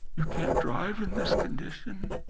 you can't drive in this condition.